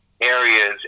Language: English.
areas